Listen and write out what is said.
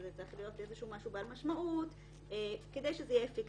וזה צריך להיות משהו בעל משמעות כדי שזה יהיה אפקטיבי,